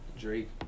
Drake